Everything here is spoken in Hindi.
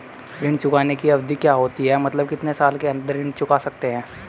ऋण चुकाने की अवधि क्या होती है मतलब कितने साल के अंदर ऋण चुका सकते हैं?